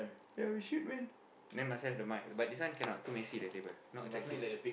ya we should went then must have the mic but this one cannot too messy the table not attractive